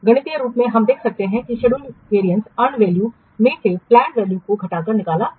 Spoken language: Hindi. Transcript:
गणितीय रूप से हम कह सकते हैं कि शेड्यूल वेरियंस अर्नड वैल्यू में से पलैंड वैल्यू को घटाकर निकाला जाता है